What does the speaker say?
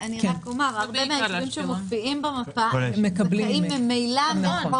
הרבה מן הישובים שמופיעים במפה מקבלים ממילא מן החוק.